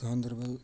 Ganderbal